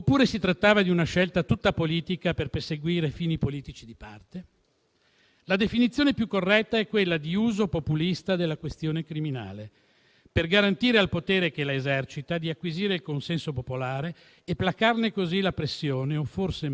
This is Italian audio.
Il popolo non è protagonista di una politica che accresce il suo ruolo, ma viene usato come destinatario di un messaggio legislativo o di Governo, il cui fine è quello di arginarne la pressione placandone le inquietudini con operazioni di pura facciata.